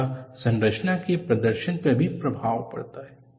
इनका संरचना के प्रदर्शन पर भी प्रभाव पड़ता है